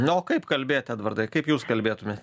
na o kaip kalbėt edvardai kaip jūs kalbėtumėt